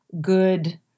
good